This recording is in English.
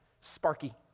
sparky